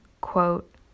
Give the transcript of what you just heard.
quote